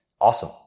awesome